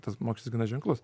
tas mokestis gana ženklus